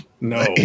No